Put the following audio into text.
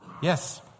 Yes